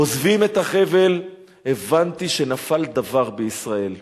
עוזבים את החבל, הבנתי שנפל דבר בישראל.